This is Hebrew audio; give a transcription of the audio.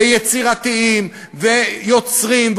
יצירתיים ויוצרים,